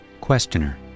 Questioner